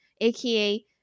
aka